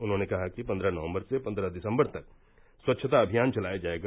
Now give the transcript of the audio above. उन्होंने कहा कि पन्द्रह नवम्बर से पन्द्रह दिसम्बर तक स्वच्छता अभियान चलाया जायेगा